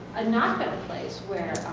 a not good place where